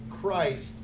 Christ